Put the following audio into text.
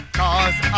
cause